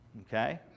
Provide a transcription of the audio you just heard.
Okay